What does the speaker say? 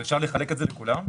אפשר לחלק את זה לכולם.